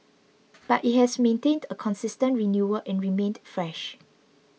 but it has maintained a consistent renewal and remained fresh